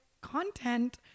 content